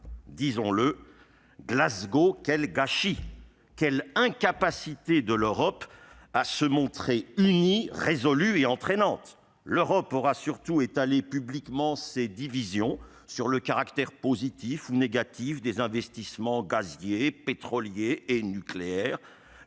disons-le : Glasgow, quel gâchis ! Quelle incapacité de l'Europe à se montrer unie, résolue et entraînante ! L'Europe aura surtout étalé publiquement ses divisions sur le caractère positif ou négatif des investissements gaziers, pétroliers et nucléaires,